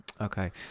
Okay